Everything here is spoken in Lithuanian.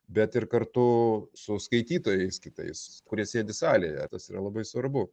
bet ir kartu su skaitytojais kitais kurie sėdi salėje tas yra labai svarbu